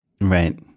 Right